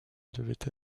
devait